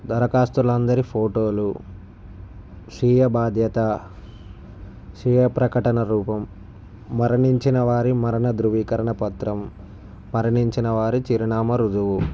దరఖాస్తులు అందరి ఫోటోలు స్వీయ బాధ్యత స్వీయ ప్రకటన రూపం మరణించిన వారి మరణ ధ్రువీకరణ పత్రం మరణించిన వారి చిరునామా రుజువు